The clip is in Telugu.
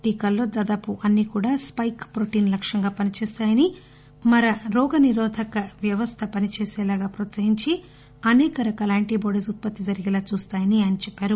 టీకాల్లో దాదాపు అన్ని కూడా స్పెక్ ప్రొటీన్ లక్క్యంగా పని చేస్తాయని మన రోగనిరోధక శక్తిని పనిచేసేలాగా ప్రోత్సహించి అసేక రకాల యాంటీబాడీస్ ఉత్పత్తి జరిగేలా చూస్తామని ఆయన చెప్పారు